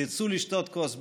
תצאו לשתות כוס בירה.